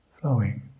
flowing